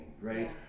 right